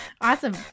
awesome